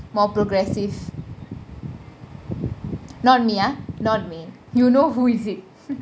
more progressive not me ah not me you know who is it